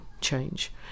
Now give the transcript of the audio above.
change